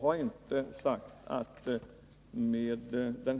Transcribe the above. Fru talman!